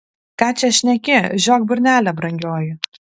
ką čia šneki žiok burnelę brangioji